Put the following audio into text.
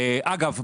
אגב,